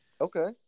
Okay